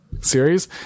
series